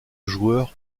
joueur